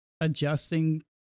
adjusting